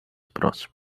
próximo